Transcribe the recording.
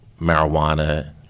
marijuana